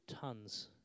tons